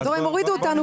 למה הם הורידו אותנו